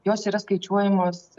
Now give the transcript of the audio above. jos yra skaičiuojamos